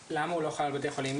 למה הוא לא חל על בתי חולים?